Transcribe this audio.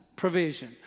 provision